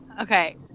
Okay